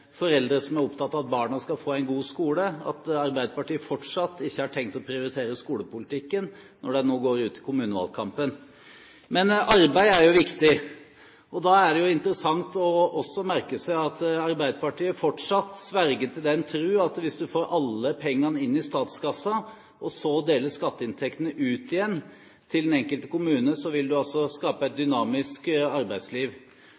foreldre som er opptatt av at barna skal få en god skole, at Arbeiderpartiet fortsatt ikke har tenkt å prioritere skolepolitikken når de nå går ut i kommunevalgkampen. Men arbeid er jo viktig. Da er det interessant også å merke seg at Arbeiderpartiet fortsatt sverger til den tro at hvis du får alle pengene inn i statskassa og så deler skatteinntektene ut igjen til den enkelte kommune, vil du skape et